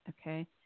Okay